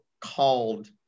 called